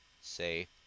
say